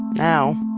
now,